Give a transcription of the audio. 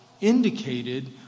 indicated